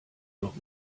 doch